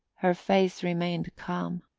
her face remained calm.